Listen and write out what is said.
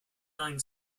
lined